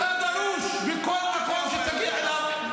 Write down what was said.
על חשבוני.